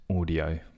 audio